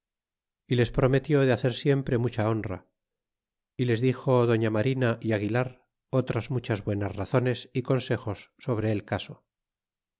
y les prometió de hacer siempre mucha honra y les dixo doña marina é aguilar otras muchas buenas razones y consejos sobre el caso